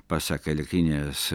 pasak elektrinės